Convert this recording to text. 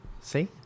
see